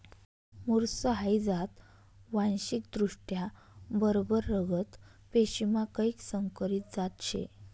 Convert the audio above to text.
मुर्स हाई जात वांशिकदृष्ट्या बरबर रगत पेशीमा कैक संकरीत जात शे